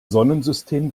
sonnensystem